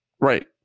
Right